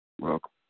Welcome